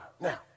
Now